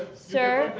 sir?